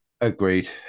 Agreed